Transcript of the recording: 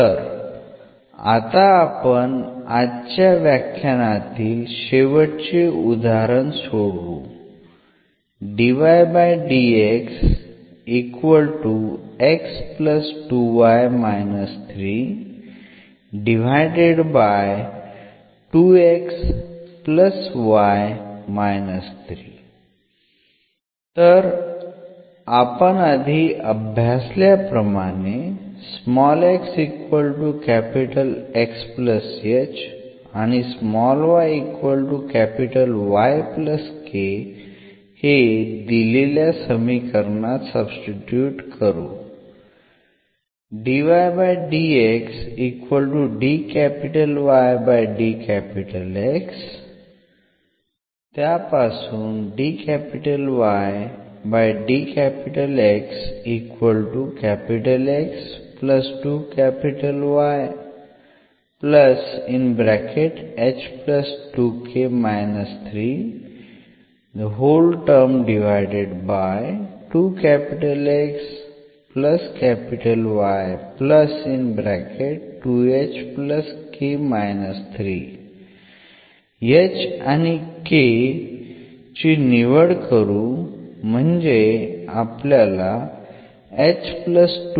तर आता आपण आजच्या व्याख्यानातील शेवटचे उदाहरण सोडवू तर आपण आधी अभ्यासल्या प्रमाणे हे दिलेल्या समीकरणात सब्स्टिट्युट करू